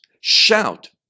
Shout